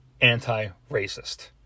anti-racist